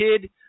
kid